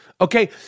Okay